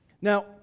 Now